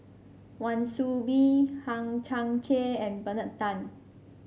Wan Soon Bee Hang Chang Chieh and Bernard Tan